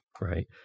Right